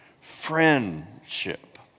friendship